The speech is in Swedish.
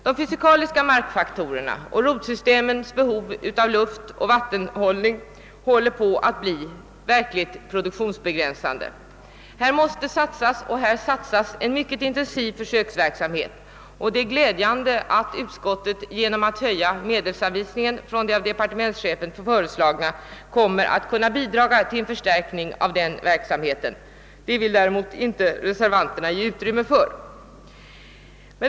De fysikaliska markfaktorerna — rotsystemens behov av luftoch vattenhållning — håller på att bli de verkligt produktionsbegränsande faktorerna. Här måste satsas — och här satsas också — på en mycket intensiv försöksverksamhet. Det är glädjande att utskottet genom att höja medelsanvisningen från den av departementschefen föreslagna summan kommer att kunna bidra till en förstärkning av denna verksamhet. Den vill däremot inte reservanterna ge utrymme för.